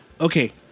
Okay